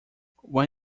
when